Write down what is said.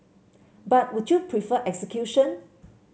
but would you prefer execution